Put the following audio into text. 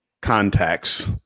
contacts